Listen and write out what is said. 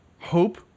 hope